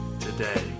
today